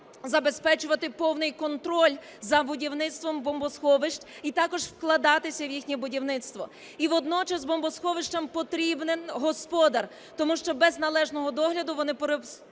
забезпечувати повний контроль за будівництвом бомбосховищ і також вкладатися в їхнє будівництво. І водночас бомбосховищам потрібен господар, тому що без належного догляду вони перетворюються